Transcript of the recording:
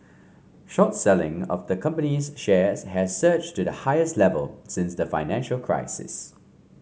short selling of the company's shares has surged to the highest level since the financial crisis